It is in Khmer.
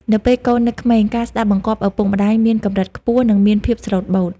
នៅពេលកូននៅក្មេង ការស្ដាប់បង្គាប់ឪពុកម្ដាយមានកម្រិតខ្ពស់ និងមានភាពស្លូតបូត។